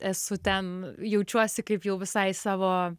esu ten jaučiuosi kaip jau visai savo